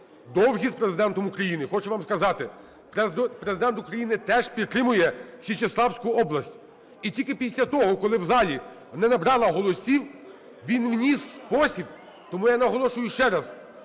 довгі з Президентом України. Хочу вам сказати, Президент України теж підтримує Січеславську область. І тільки після того, коли в залі не набрала голосів, він вніс спосіб… Тому я наголошую, це